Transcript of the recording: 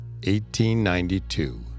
1892